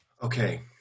Okay